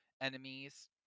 enemies